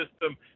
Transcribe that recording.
system